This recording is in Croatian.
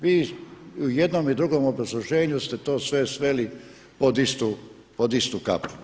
Vi i u jednom i drugom obrazloženju ste to sve sveli pod istu kapu.